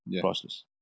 priceless